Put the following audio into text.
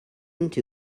into